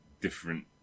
different